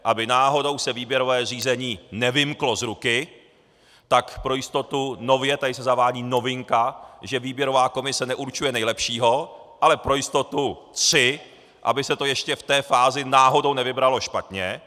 Aby se náhodou výběrové řízení nevymklo z ruky, tak pro jistotu nově se zavádí novinka, že výběrová komise neurčuje nejlepšího, ale pro jistotu tři, aby se to ještě v té fázi náhodou nevybralo špatně.